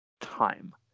time